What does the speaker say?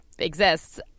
exists